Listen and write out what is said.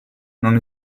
non